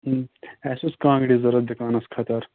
اَسہِ اوس کانٛگڑِ ضروٗرت دُکانَس خٲطرٕ حظ